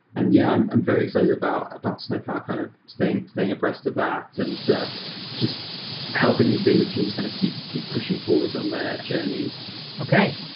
and yeah, i'm very excited about about snowplow kind of staying staying abreast of that and just helping these data teams kind of keep keep pushing forward on their journeys okay.